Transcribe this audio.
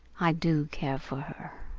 i do care for her.